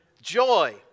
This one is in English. joy